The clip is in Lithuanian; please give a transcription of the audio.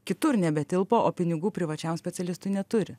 kitur nebetilpo o pinigų privačiam specialistui neturi